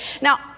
Now